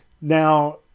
Now